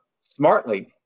smartly